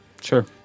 Sure